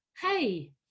hey